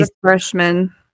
freshman